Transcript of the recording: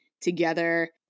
together